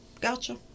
Gotcha